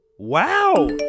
wow